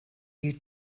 you